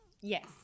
Yes